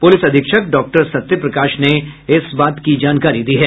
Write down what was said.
police अधीक्षक doctor Satyaprakash ने इस बात की जानकारी दी है